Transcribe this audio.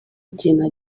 kintu